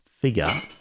figure